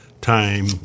time